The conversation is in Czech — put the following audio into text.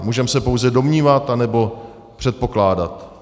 Můžeme se pouze domnívat anebo předpokládat.